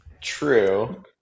true